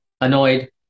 annoyed